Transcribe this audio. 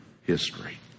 history